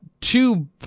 two